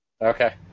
Okay